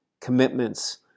commitments